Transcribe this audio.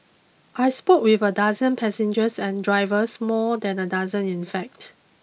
I spoke with a dozen passengers and drivers more than a dozen in fact